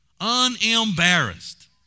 Unembarrassed